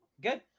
Good